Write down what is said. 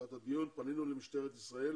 לקראת הדיון פנינו למשטרת ישראל